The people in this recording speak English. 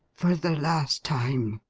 for the last time